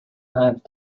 have